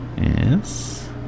yes